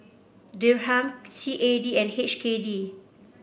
Dirham C A D and H K D